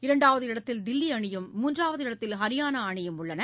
இரண்டாவது இடத்தில் தில்லி அணியும் மூன்றாவது இடத்தில் ஹரியானா அணியும் உள்ளன